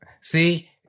See